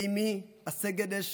לאימי, אסגדש,